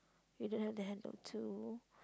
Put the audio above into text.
you don't have the handle too